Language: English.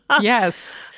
Yes